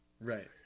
Right